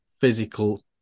physical